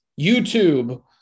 YouTube